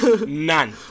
None